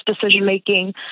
decision-making